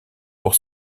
pour